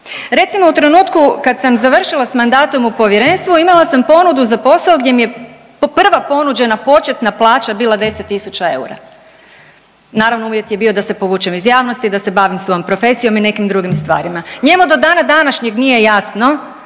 Recimo u trenutku kad sam završila sa mandatom u povjerenstvu imala sam ponudu za posao gdje mi je prva ponuđena početna plaća bila 10000 eura, naravno uvjet je bio da se povučem iz javnosti, da se bavim svojom profesijom i nekim drugim stvarima. Njemu do dana današnjeg nije jasno